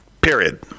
Period